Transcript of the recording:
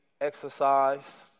exercise